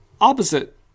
opposite